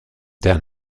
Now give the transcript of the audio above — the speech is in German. der